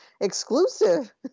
Exclusive